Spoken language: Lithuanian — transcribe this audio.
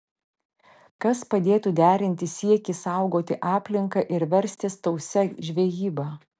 kas padėtų derinti siekį saugoti aplinką ir verstis tausia žvejyba